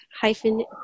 hyphen